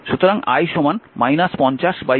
সুতরাং i 50 25 2 ampere